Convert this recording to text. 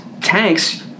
tanks